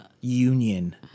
union